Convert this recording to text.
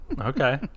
okay